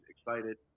excited